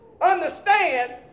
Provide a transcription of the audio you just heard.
Understand